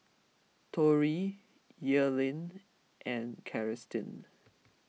Tori Earlene and Celestine